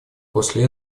после